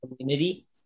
community